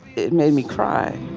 it made me cry